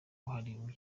wahariwe